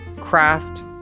craft